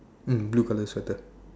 mm blue color sweater